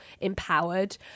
empowered